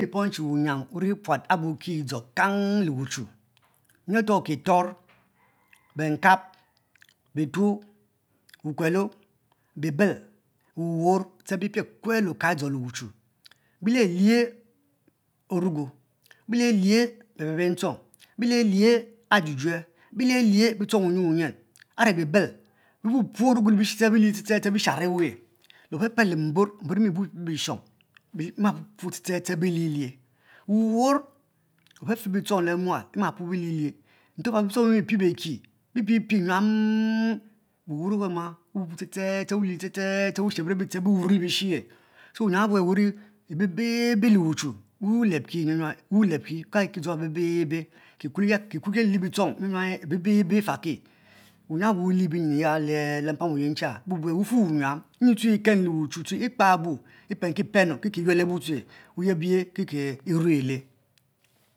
Bepom che wuyuam wari puat abu wuki dzo kan le wuchu nyin areto benkap kitor bituo wukuelo bibel wawuor ste bi pie kue le oku edzo le wuchu bilie lie ozugu belieh e, ajujue belie lie bemuor entchong belie lie bitchong wuwyin wuyin are bible bipuopuo omgu ete ete ete besharo ewa ea opelpel mob le libishong bipupu ebiete bilielie wuwuor ofefe bitchong le maal bima puopuo bililie nte ofe bictong bimi pie beki bi pie pie nyuam wuwuor wamama wu lie ste ste ste wushebu ste wuwurue lie bishi e, so wuyuan abe wuri bebebe a wucha wulebki, kikul ke lie lie bicthong be bebe ifaki, wuyiam abu wule ya chan bubue wufe wuyuam nyi yue ye elanu le wuchu lue ekpa bu peaki penu ki eyuel ebu tue wuyebi ye ke ke nule